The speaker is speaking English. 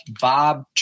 Bob